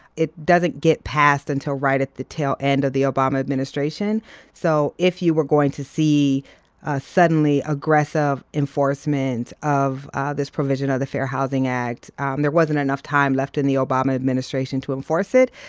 it doesn't get passed until right at the tail end of the obama administration so if you were going to see a suddenly aggressive enforcement of this provision of the fair housing act um there wasn't enough time left in the obama administration to enforce it.